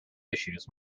issues